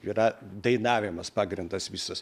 yra dainavimas pagrindas visas